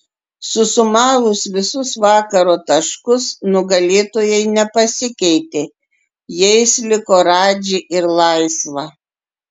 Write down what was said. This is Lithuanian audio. susumavus visus vakaro taškus nugalėtojai nepasikeitė jais liko radži ir laisva